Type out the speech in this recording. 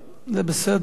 זה בסדר.